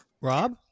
Rob